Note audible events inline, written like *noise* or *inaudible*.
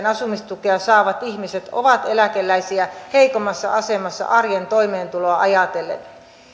*unintelligible* asumistukea saavat ihmiset ovat eläkeläisistä heikoimmassa asemassa arjen toimeentuloa ajatellen